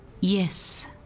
Yes